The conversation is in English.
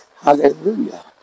Hallelujah